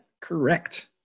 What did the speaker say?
correct